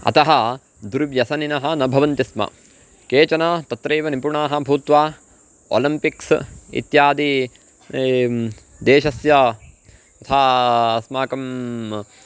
अतः दुर्वासिनः न भवन्ति स्म केचन तत्रैव निपुणाः भूत्वा ओलम्पिक्स् इत्यादि देशस्य यथा अस्माकं